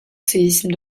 séisme